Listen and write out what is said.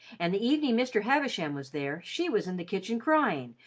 and the evening mr. havisham was there, she was in the kitchen crying,